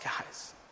guys